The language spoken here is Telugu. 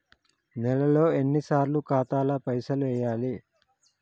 నెలలో ఎన్నిసార్లు ఖాతాల పైసలు వెయ్యాలి?